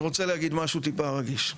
אני רוצה להגיד משהו טיפה רגיש.